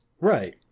Right